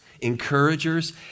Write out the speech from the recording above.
Encouragers